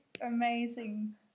amazing